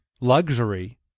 luxury